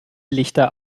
lichter